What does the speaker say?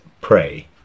pray